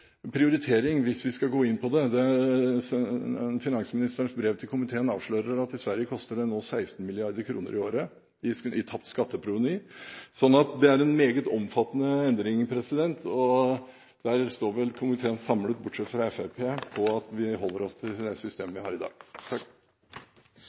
prioritering hvis vi skal gå inn på det. Finansministerens brev til komiteen avslører at i Sverige koster det nå 16 mrd. kr i året i tapt skatteproveny. Det er en meget omfattende endring, og der står komiteen samlet, bortsett fra Fremskrittspartiet, om at vi holder oss til det systemet